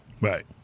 Right